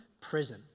prison